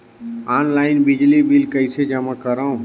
Online बिजली bill कइसे जमा करव?